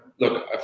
look